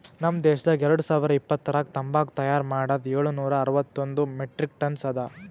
ನಮ್ ದೇಶದಾಗ್ ಎರಡು ಸಾವಿರ ಇಪ್ಪತ್ತರಾಗ ತಂಬಾಕು ತೈಯಾರ್ ಮಾಡದ್ ಏಳು ನೂರಾ ಅರವತ್ತೊಂದು ಮೆಟ್ರಿಕ್ ಟನ್ಸ್ ಅದಾ